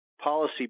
policy